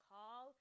Call